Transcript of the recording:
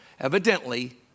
Evidently